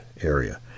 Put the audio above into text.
area